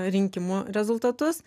rinkimų rezultatus